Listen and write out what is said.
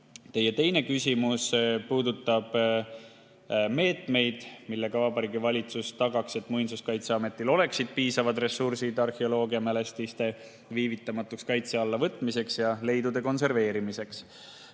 Teie teine küsimus puudutab meetmeid, millega Vabariigi Valitsus tagaks, et Muinsuskaitseametil oleksid piisavad ressursid arheoloogiamälestiste viivitamatuks kaitse alla võtmiseks ja leidude konserveerimiseks.